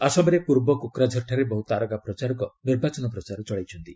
ଆସାମରେ ପୂର୍ବ କୋକ୍ରାଝରଠାରେ ବହୁ ତାରକା ପ୍ରଚାରକ ନିର୍ବାଚନ ପ୍ରଚାର ଚଳାଇଛନ୍ତି